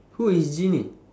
who is genie